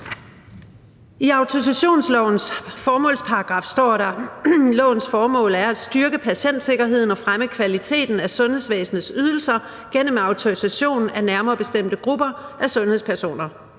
I autorisationslovens formålsparagraf står der: »Lovens formål er at styrke patientsikkerheden og fremme kvaliteten af sundhedsvæsenets ydelser gennem autorisation af nærmere bestemte grupper af sundhedspersoner«.